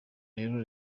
rero